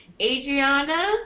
Adriana